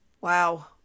Wow